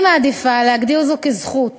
ואני מעדיפה להגדיר זאת כזכות: